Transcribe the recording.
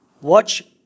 watch